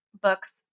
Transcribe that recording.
books